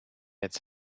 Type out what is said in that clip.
its